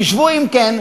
חשבו אם כן,